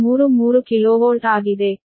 433 kilovolt ಆಗಿದೆ